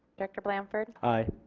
director blanford aye.